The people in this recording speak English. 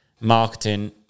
marketing